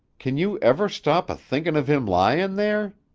can you ever stop a-thinkin' of him lyin' there?